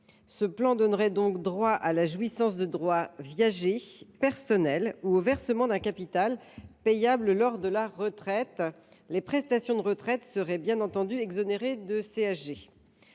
qui donnerait droit à la jouissance de droits viagers personnels ou au versement d’un capital payable lors de la retraite. Les prestations de retraite seraient, bien entendu, exonérées de CSG.